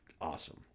Awesome